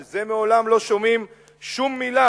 על זה מעולם לא שמענו שום מלה.